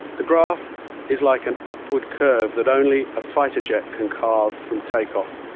the graph is like an upward curve that only a fighter jet can carve from take-off,